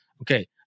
okay